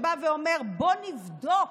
שבא ואומר: בוא נבדוק